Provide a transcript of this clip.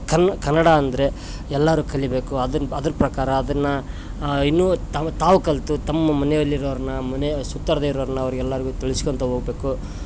ಕನ್ ಕನ್ನಡ ಅಂದರೆ ಎಲ್ಲರು ಕಲಿಯಬೇಕು ಅದನ್ನ ಅದರ ಪ್ರಕಾರ ಅದನ್ನ ಇನ್ನು ತಾವು ತಾವು ಕಲಿತು ತಮ್ಮ ಮನೆಯಲ್ಲಿ ಇರೋರನ್ನ ಮನೆ ಸುತ್ತುವರ್ದು ಇರೋರನ್ನ ಅವರಿಗೆ ಎಲ್ಲಾರಿಗು ತಿಳಿಸ್ಕೊಳ್ತಾ ಹೋಗಬೇಕು